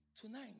tonight